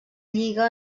lliga